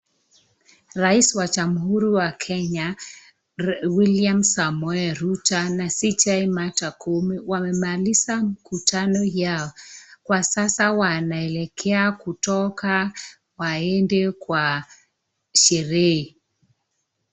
Rais wa jamhuri wa Kenya, William Samoei Ruto na CJ, Martha Koome, wamemaliza mkutano yao. Kwa sasa wanaelekea kutoka waende kwa sherehe.